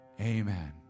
Amen